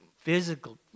physical